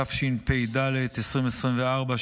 התשפ"ד 2024,